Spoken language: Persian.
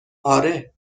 آره